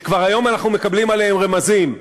שכבר היום אנחנו מקבלים עליהם רמזים,